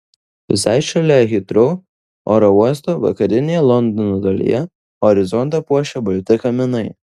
visai šalia hitrou oro uosto vakarinėje londono dalyje horizontą puošia balti kaminai